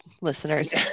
listeners